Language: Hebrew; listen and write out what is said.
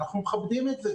אנחנו מכבדים את זה.